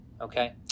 Okay